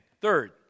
Third